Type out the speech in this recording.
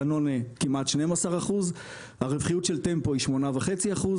דנונה כמעט 12% הרווחיות של טמפו היא 8.5%,